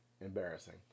Embarrassing